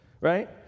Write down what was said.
right